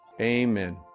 Amen